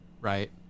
right